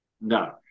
No